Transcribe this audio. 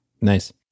nice